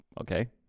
Okay